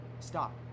Stop